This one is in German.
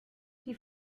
die